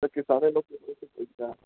اس کے سارے لوگ